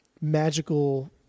magical